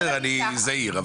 אני זהיר.